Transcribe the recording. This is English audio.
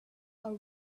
are